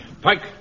Pike